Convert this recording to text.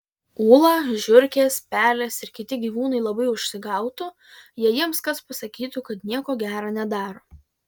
ūla žiurkės pelės ir kiti gyvūnai labai užsigautų jei jiems kas pasakytų kad nieko gera nedaro